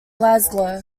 glasgow